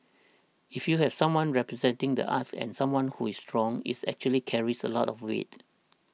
if you have someone representing the arts and someone who is strong is actually carries a lot of weight